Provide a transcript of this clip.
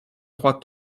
croix